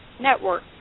Network